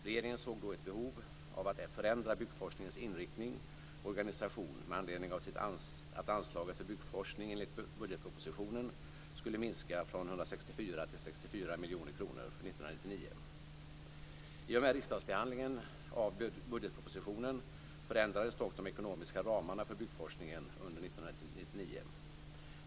Regeringen såg då ett behov av att förändra byggforskningens inriktning och organisation med anledning av att anslaget för byggforskning enligt budgetpropositionen skulle minska från 164 till 64 miljoner kronor för år 1999. I och med riksdagsbehandlingen av budgetpropositionen förändrades dock de ekonomiska ramarna för byggforskningen under år 1999.